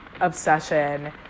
obsession